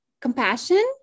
compassion